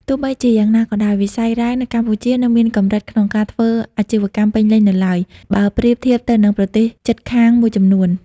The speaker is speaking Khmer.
ទោះបីជាយ៉ាងណាក៏ដោយ វិស័យរ៉ែនៅកម្ពុជានៅមានកម្រិតក្នុងការធ្វើអាជីវកម្មពេញលេញនៅឡើយ បើប្រៀបធៀបទៅនឹងប្រទេសជិតខាងមួយចំនួន។